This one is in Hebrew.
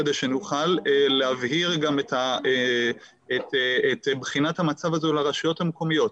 כדי שנוכל להבהיר גם את בחינת המצב הזו לרשויות המקומיות,